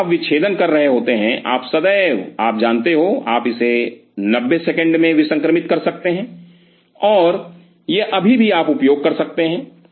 तो जब आप विच्छेदन कर रहे होते हैं आप सदैव आप जानते हो आप इसे 90 सेकंड में विसंक्रमित कर सकते हैं और यह अभी भी आप उपयोग कर सकते हैं